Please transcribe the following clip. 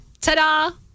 ta-da